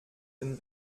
den